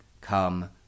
come